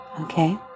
Okay